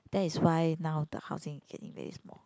that is why now the housing can be very small